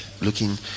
looking